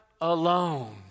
alone